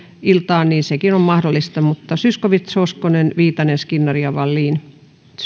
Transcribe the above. iltaan sekin on mahdollista zyskowicz hoskonen viitanen skinnari ja wallin